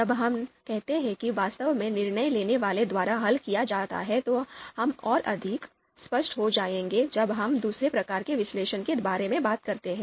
जब हम निर्णय निर्माता द्वारा वास्तव में हल कहते हैं तो इसका मतलब यह है कि हम दूसरे प्रकार के विश्लेषण के बारे में बात करते हैं